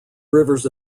rivers